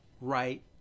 right